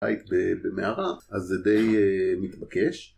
היית במערה, אז זה די מתבקש